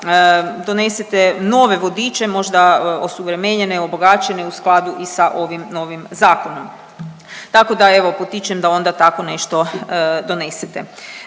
donesete nove vodiče, možda osuvremenjene, obogaćene i u skladu i sa ovim novim zakonom, tako da, evo, potičem da onda tako nešto donesete.